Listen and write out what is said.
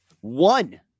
one